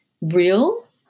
real